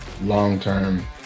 long-term